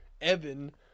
evan